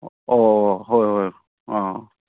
ꯑꯣ ꯍꯣꯏ ꯍꯣꯏ ꯑꯥ